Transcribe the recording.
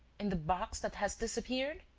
in the box that has disappeared?